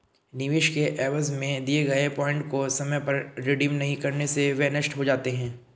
निवेश के एवज में दिए गए पॉइंट को समय पर रिडीम नहीं करने से वह नष्ट हो जाता है